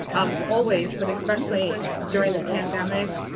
um always, but especially during the pandemic.